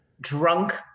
drunk